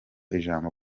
ijambo